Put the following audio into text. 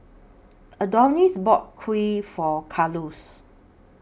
Adonis bought Kheer For Carlos